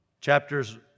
Chapters